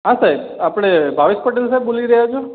હા સાહેબ આપણે ભાવેશ પટેલ સાહેબ બોલી રહ્યા છો